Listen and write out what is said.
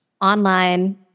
Online